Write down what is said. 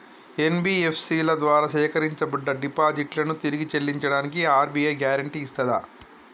NBFC ల ద్వారా సేకరించబడ్డ డిపాజిట్లను తిరిగి చెల్లించడానికి ఆర్.బి.ఐ గ్యారెంటీ ఇస్తదా?